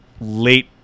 late